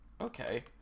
Okay